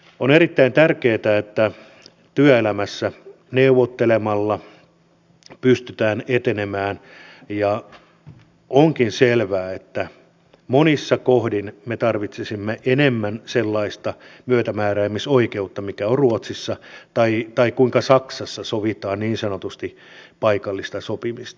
on erittäin tärkeätä että työelämässä neuvottelemalla pystytään etenemään ja onkin selvää että monissa kohdin me tarvitsisimme enemmän sellaista myötämääräämisoikeutta mikä on ruotsissa tai sitä kuinka saksassa sovitaan niin sanotusti paikallista sopimista